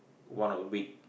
one of the week